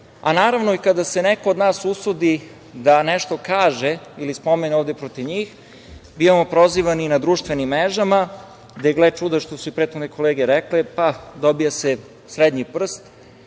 a naravno, i kada se neko od nas usudi da nešto kaže ili spomene ovde protiv njih, bivamo prozivani i na društvenim mrežama, gde, gle čuda, što su prethodne kolege rekle, dobija se „srednji prst“